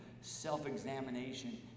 self-examination